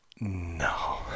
No